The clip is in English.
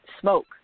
smoke